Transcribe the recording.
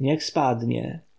niech spadnie